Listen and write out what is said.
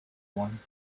one